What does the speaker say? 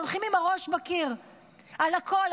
הולכים עם הראש בקיר על הכול.